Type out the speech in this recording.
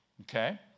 Okay